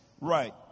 Right